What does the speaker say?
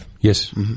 Yes